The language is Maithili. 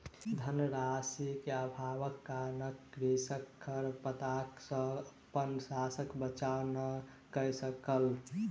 धन राशि के अभावक कारणेँ कृषक खरपात सॅ अपन शस्यक बचाव नै कय सकल